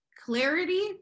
Clarity